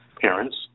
parents